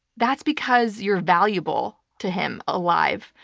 that's because you're valuable to him alive.